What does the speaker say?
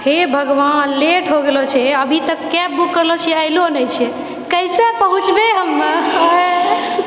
हे भगवान लेट होगेलो छै अभितक कैब बुक करलियो छिए एलो नहि छै कैसे पहुँचबै हम कहैए